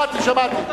שמעתי.